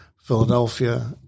Philadelphia